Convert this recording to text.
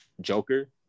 Joker